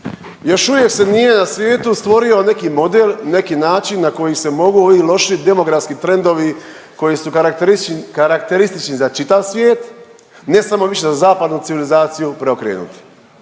još uvije se nije na svijetu stvorio neki model, neki način na koji se mogu ovi loši demografski trendovi koji su karakteristični za čitav svijet, ne samo više za zapadnu civilizaciju preokrenut.